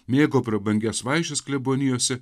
mėgo prabangias vaišes klebonijose